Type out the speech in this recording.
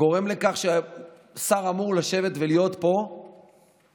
גורם לכך ששר אמור לשבת ולהיות פה בשביל